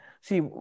See